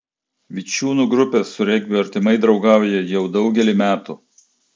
vičiūnų grupė su regbiu artimai draugauja jau daugelį metų